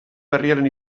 berriaren